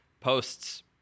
posts